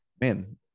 Man